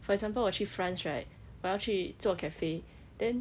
for example 我去 france right 我要去做 cafe then